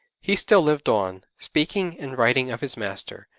he still lived on, speaking and writing of his master,